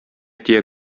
тия